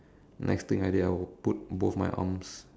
next thing I did I put both my arms